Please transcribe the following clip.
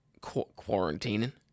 quarantining